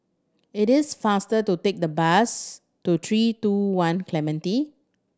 it is faster to take the bus to Three Two One Clementi